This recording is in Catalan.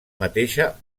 mateixa